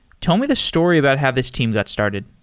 tell me the story about how this team got started.